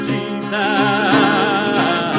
Jesus